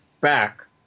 back